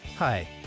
Hi